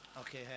okay